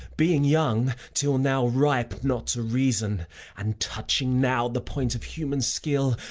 being young, till now ripe not to reason and touching now the point of human skill,